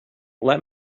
let